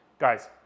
Guys